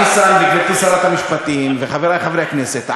ניסן וגברתי שרת המשפטים וחברי חברי הכנסת,